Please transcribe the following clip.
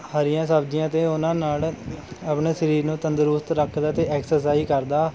ਹਰੀਆਂ ਸਬਜ਼ੀਆਂ ਅਤੇ ਉਨ੍ਹਾਂ ਨਾਲ਼ ਆਪਣੇ ਸਰੀਰ ਨੂੰ ਤੰਦਰੁਸਤ ਰੱਖਦਾ ਅਤੇ ਐਕਸਸ਼ਾਈਜ਼ ਕਰਦਾ